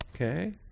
Okay